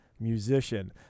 musician